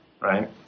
right